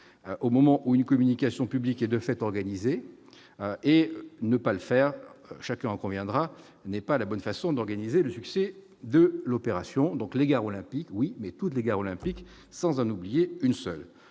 au moment où une communication publique et de fête organisée et ne pas le faire, chacun en conviendra, n'est pas la bonne façon d'organiser le succès de l'opération, donc les gares olympique oui mais toutes les gares olympique sans un oublié une seule